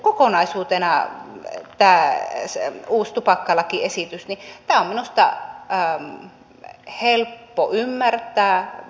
kokonaisuutena tämä uusi tupakkalakiesitys on minusta helppo ymmärtää